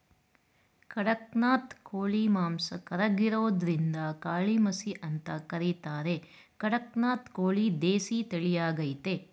ಖಡಕ್ನಾಥ್ ಕೋಳಿ ಮಾಂಸ ಕರ್ರಗಿರೋದ್ರಿಂದಕಾಳಿಮಸಿ ಅಂತ ಕರೀತಾರೆ ಕಡಕ್ನಾಥ್ ಕೋಳಿ ದೇಸಿ ತಳಿಯಾಗಯ್ತೆ